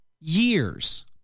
years